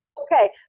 okay